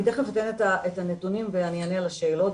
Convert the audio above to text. אני תיכף אתן את הנתונים ואני אענה על השאלות.